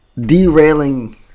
derailing